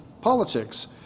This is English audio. politics